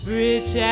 rich